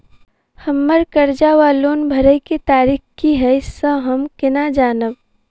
हम्मर कर्जा वा लोन भरय केँ तारीख की हय सँ हम केना जानब?